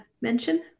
mention